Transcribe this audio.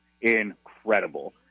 incredible